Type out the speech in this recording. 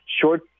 short